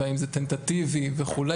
והאם זה טנטטיבי וכו',